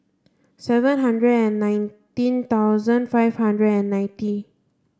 seven hundred and nineteen thousand five hundred and ninety